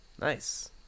Nice